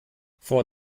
vor